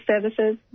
services